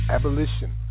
Abolition